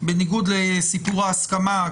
בניגוד לסיפור ההסכמה.